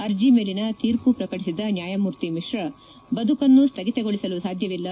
ಅರ್ಜಿ ಮೇಲಿನ ತೀರ್ಮ ಪ್ರಕಟಿಸಿದ ನ್ನಾಯಮೂರ್ತಿ ಮಿಶ್ರ ಬದುಕನ್ನು ಸ್ಥಗಿತಗೊಳಿಸಲು ಸಾಧ್ವವಿಲ್ಲ